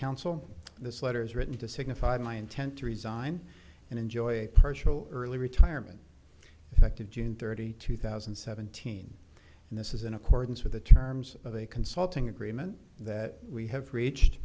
council this letter is written to signify my intent to resign and enjoy a partial early retirement effective june thirty two thousand and seventeen and this is in accordance with the terms of a consulting agreement that we have reached